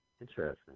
Interesting